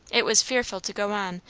it was fearful to go on,